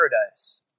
paradise